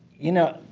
you know,